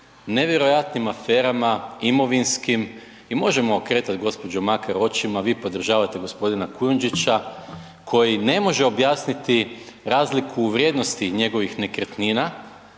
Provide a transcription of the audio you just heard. nevjerojatnim aferama imovinskim i možemo okretati gđo. Makar očima, vi podržavate g. Kujundžića, koji ne može objasniti razliku u vrijednosti njegovih nekretnina